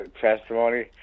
testimony